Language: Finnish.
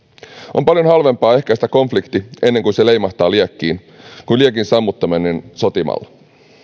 on paljon halvempaa ehkäistä konflikti ennen kuin se leimahtaa liekkiin kuin liekin sammuttaminen sotimalla